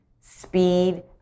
speed